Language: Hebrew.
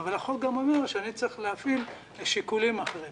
אבל החוק אומר גם שאני צריך להפעיל שיקולים אחרים.